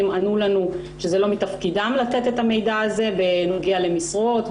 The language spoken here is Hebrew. ענה לנו שאין זה מתפקידם לתת את המידע הזה בנוגע למשרות,